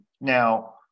now